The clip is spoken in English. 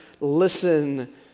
Listen